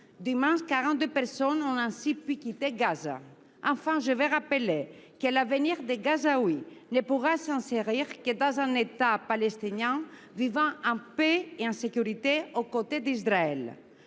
deux personnes ont ainsi pu quitter Gaza. Je tiens enfin à rappeler que l’avenir des Gazaouis ne pourra s’écrire que dans un État palestinien vivant en paix et en sécurité aux côtés d’Israël.